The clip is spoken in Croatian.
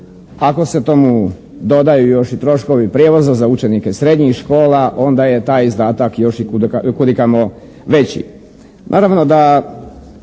Ako se tomu dodaju još i troškovi prijevoza za učenike srednjih škola onda je taj izdatak još i kud i kamo veći.